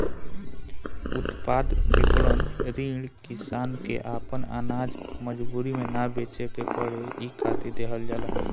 उत्पाद विपणन ऋण किसान के आपन आनाज मजबूरी में ना बेचे के पड़े इ खातिर देहल जाला